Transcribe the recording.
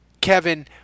Kevin